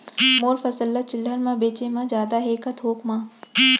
मोर फसल ल चिल्हर में बेचे म फायदा है के थोक म?